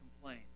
complain